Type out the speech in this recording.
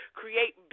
create